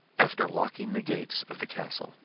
after locking the gates of the castle,